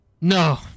No